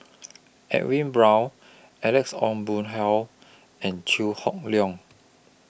Edwin Brown Alex Ong Boon Hau and Chew Hock Leong